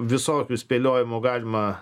visokių spėliojimų galima